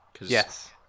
Yes